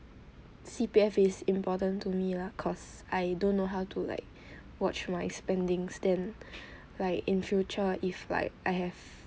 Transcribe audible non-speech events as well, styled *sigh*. C_P_F is important to me lah cause I don't know how to like *breath* watch my spendings then *breath* like in future if like I have